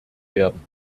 werden